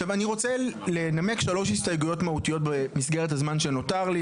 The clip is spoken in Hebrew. עכשיו אני רוצה לנמק שלוש הסתייגויות מהותיות במסגרת הזמן שנותר לי,